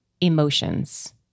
emotions